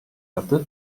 atât